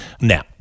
Now